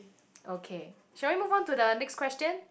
okay should I move on to the next question